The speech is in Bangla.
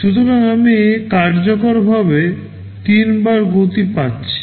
সুতরাং আমি কার্যকরভাবে 3 বার গতি পাচ্ছি